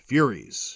Furies